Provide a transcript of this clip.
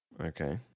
Okay